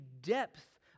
depth